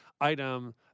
item